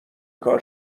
کار